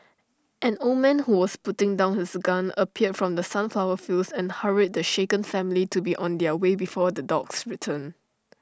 an old man who was putting down his gun appeared from the sunflower fields and hurried the shaken family to be on their way before the dogs return